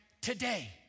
today